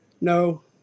No